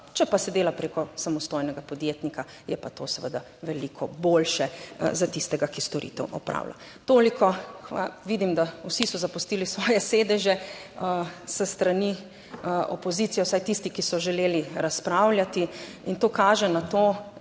Če pa se dela preko samostojnega podjetnika je pa to seveda veliko boljše za tistega, ki storitev opravlja. Toliko vidim, da vsi so zapustili svoje sedeže s strani opozicije, vsaj tisti, ki so želeli razpravljati in to kaže na to,